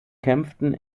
kämpfen